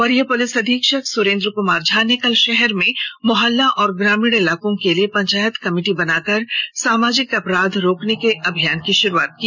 वरीय पुलिस अधीक्षक सुरेंद्र कुमार झा ने कल शहर में मुहल्ला और ग्रामीण इलाकों के लिए पंचायत कमेटी बनाकर सामाजिक अपराध रोकने के अभियान की शुरूआत की